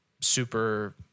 super